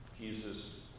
Jesus